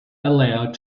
allowed